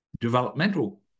developmental